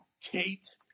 Tate